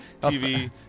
tv